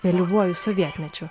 vėlyvuoju sovietmečiu